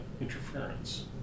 interference